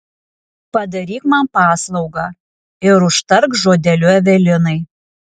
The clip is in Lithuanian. padaryk man paslaugą ir užtark žodeliu evelinai